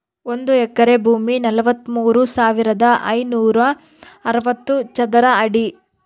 ಒಂದು ಎಕರೆ ಭೂಮಿ ನಲವತ್ಮೂರು ಸಾವಿರದ ಐನೂರ ಅರವತ್ತು ಚದರ ಅಡಿ